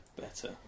better